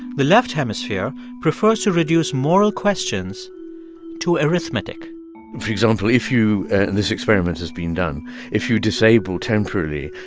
the left hemisphere prefers to reduce moral questions to arithmetic for example, if you and this experiment has been done if you disable, temporarily,